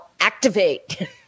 Activate